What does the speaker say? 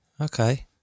Okay